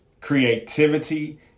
creativity